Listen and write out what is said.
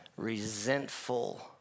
Resentful